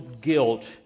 guilt